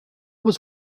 was